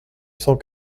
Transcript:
cent